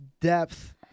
depth